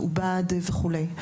מעובד וכולי.